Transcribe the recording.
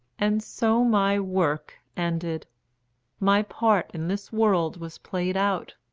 and so my work ended my part in this world was played out.